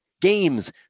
games